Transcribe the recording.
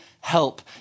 help